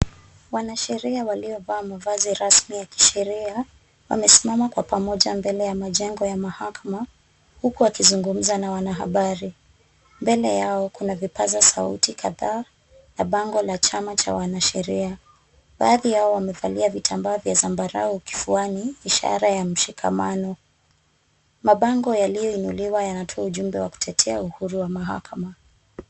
Wanasheria waliovaa mavazi rasmi ya kisheria wamesimama kwa pamoja mbele ya majengo ya mahakama huku wakizungumza na wanahabari. Mbele yao kuna vipaza sauti kadhaa na bango la chama cha wanasheria. Baadhi yao wamevalia vitambaa vya zambarau kifuani, ishara ya mshikamano. Mabango yaliyoinuliwa yanatoa ujumbe wa kutetea uhuru wa mahakama.